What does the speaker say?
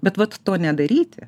bet vat to nedaryti